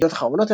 ידיעות אחרונות,